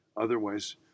Otherwise